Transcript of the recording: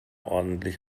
ordentlich